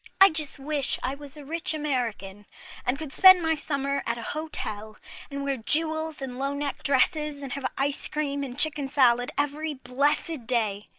i just wish i was a rich american and could spend my summer at a hotel and wear jewels and low-necked dresses and have ice cream and chicken salad every blessed day.